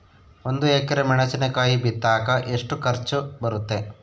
ಒಂದು ಎಕರೆ ಮೆಣಸಿನಕಾಯಿ ಬಿತ್ತಾಕ ಎಷ್ಟು ಖರ್ಚು ಬರುತ್ತೆ?